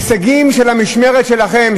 ההישגים של המשמרת שלכם,